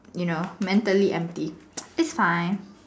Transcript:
you know mentally empty you know it's fine